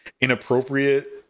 inappropriate